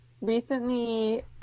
recently